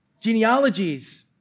Genealogies